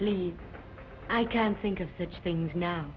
please i can't think of such things now